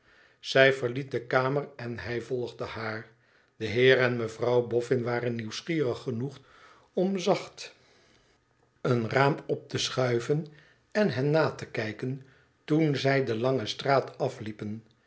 zij verliet de kamer en hij volgde haar de heer en mevrouw boffin waren nieuwsgierig genoeg om zacht een raam op te schuiven en hen na te kijken toen zij de lange straat afliepen